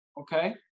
okay